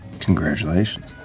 Congratulations